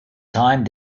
time